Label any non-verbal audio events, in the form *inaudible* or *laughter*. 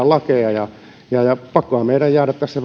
*unintelligible* lakeja ja pakkohan meidän on jäädä tässä *unintelligible*